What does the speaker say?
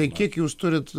tai kiek jūs turit